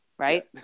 right